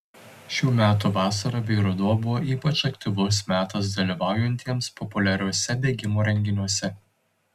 šių metų vasara bei ruduo buvo ypač aktyvus metas dalyvaujantiems populiariuose bėgimo renginiuose